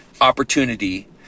opportunity